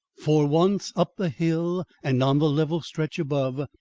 for once up the hill and on the level stretch above,